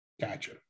gotcha